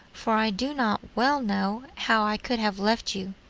for i do not well know how i could have left you,